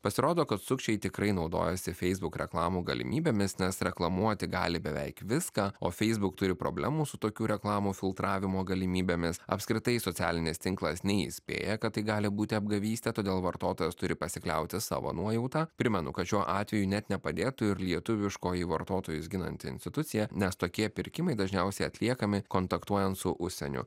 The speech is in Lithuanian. pasirodo kad sukčiai tikrai naudojasi facebook reklamų galimybėmis nes reklamuoti gali beveik viską o facebook turi problemų su tokių reklamų filtravimo galimybėmis apskritai socialinis tinklas neįspėja kad tai gali būti apgavystė todėl vartotojas turi pasikliauti savo nuojauta primenu kad šiuo atveju net nepadėtų ir lietuviškoji vartotojus ginanti institucija nes tokie pirkimai dažniausiai atliekami kontaktuojant su užsieniu